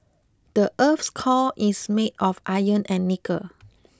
the earth's core is made of iron and nickel